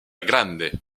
grande